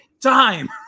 time